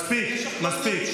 מספיק, מספיק.